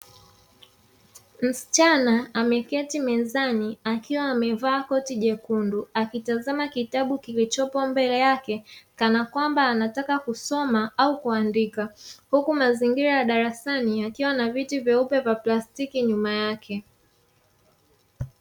Msichana ameketi mezani akiwa amevaa koti jekundu, akitazama kitabu kilichopo mbele yake, kana kwamba anataka kusoma au kuandika, huku mazingira ya darasani yakiwa na viti vyeupe vya plastiki nyuma yake.